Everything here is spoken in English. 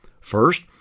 First